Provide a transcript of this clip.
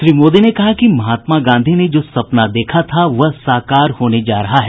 श्री मोदी ने कहा महात्मा गांधी ने जो सपना देखा था वह साकार होने जा रहा है